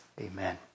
Amen